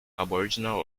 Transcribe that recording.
aboriginal